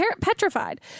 petrified